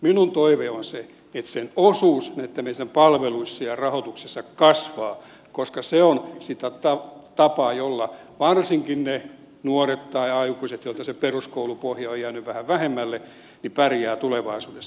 minun toiveeni on se että sen osuus näissä palveluissa ja rahoituksessa kasvaa koska se on sitä tapaa jolla varsinkin ne nuoret tai aikuiset joilta se peruskoulupohja on jäänyt vähän vähemmälle pärjäävät tulevaisuudessa